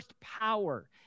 power